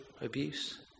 abuse